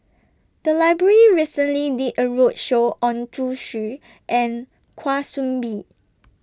The Library recently did A roadshow on Zhu Xu and Kwa Soon Bee